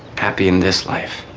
happy in this life?